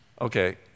Okay